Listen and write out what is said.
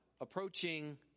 approaching